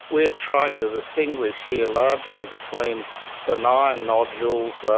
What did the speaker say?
we are trying to distinguish here largely between benign nodules,